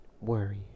worry